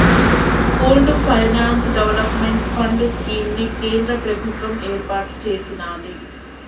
pooled finance development fund scheme ని కేంద్ర ప్రభుత్వం ఏర్పాటు చేసినాది